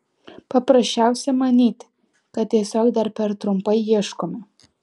paprasčiausia manyti kad tiesiog dar per trumpai ieškome